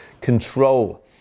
control